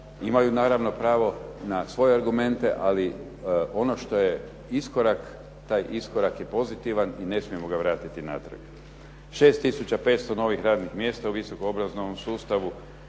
imaju naravno pravo na svoje argumente ali ono što je iskorak taj iskorak je pozitivan i ne smijemo ga vratiti natrag. 6 tisuća 500 novih radnih mjesta u visoko obrazovnom sustavu.